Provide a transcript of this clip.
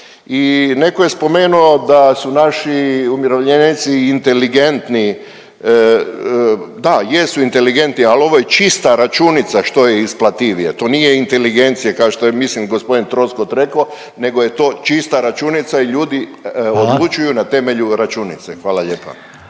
i netko je spomenuo da su naši umirovljenici inteligentni, da, jesu inteligentni, ali ovo je čista računica što je isplativije, to nije inteligencija, kao što je, mislim, g. Troskot rekao nego je to čista računica i ljudi … .../Upadica: Hvala./... odlučuju na temelju računice. Hvala lijepa.